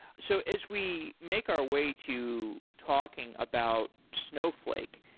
so as we make our way to talking about snowflake,